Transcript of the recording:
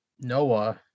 Noah